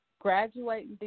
graduating